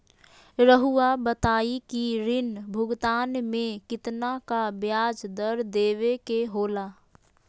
रहुआ बताइं कि ऋण भुगतान में कितना का ब्याज दर देवें के होला?